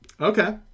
okay